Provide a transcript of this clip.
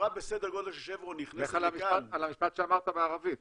כשחברה בסדר גודל של שברון נכנסת לכאן --- לך על המשפט שאמרת בערבית.